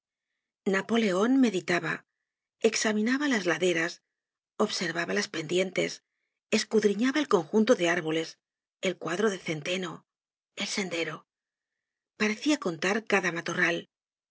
napoleon meditaba examinaba las laderas observaba las pendientes escudriñaba el conjunto de árboles el cuadro de centeno el sendero parecia contar cada matorral